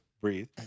breathe